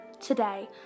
today